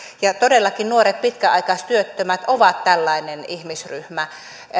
ja nuoret pitkäaikaistyöttömät ovat todellakin tällainen ihmisryhmä